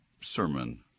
sermon